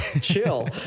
chill